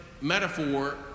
metaphor